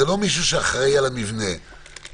מדובר על נציג מטעם המדינה שאחראי על הקשר עם השוהים